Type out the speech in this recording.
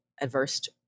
adverse